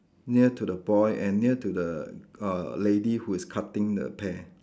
near to the boy and near to the uh lady who is cutting the pear